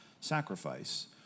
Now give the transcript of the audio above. sacrifice